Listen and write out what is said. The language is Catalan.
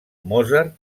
mozart